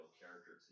characters